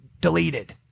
deleted